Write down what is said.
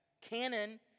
Canon